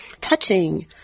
Touching